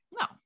no